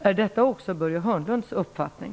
Är detta också Börje Hörnlunds uppfattning?